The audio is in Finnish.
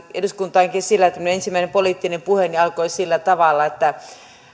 eduskuntaankin sillä että minun ensimmäinen poliittinen puheeni alkoi sillä tavalla että